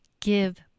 give